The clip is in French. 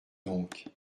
donc